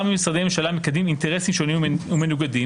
משרדי ממשלה מקדמים אינטרסים שונים ומנוגדים,